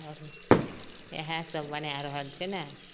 आरो इहएसब बनाए रहल छै ने